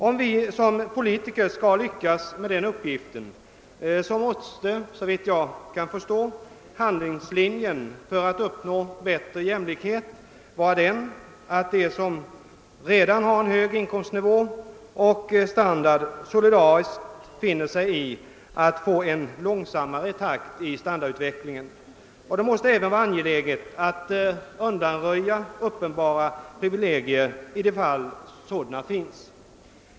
Om vi som politiker skall lyckas med den uppgiften måste, såvitt jag kan förstå, handlingslinjen för att uppnå större jämlikhet vara den, att de som redan har en hög inkomstnivå och standard solidariskt finner sig i att få en långsammare takt i standardutvecklingen. Det måste även vara angeläget att undanröja uppenbara privilegier i de fall sådana finns.